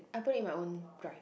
I put it in my own drive